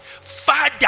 Father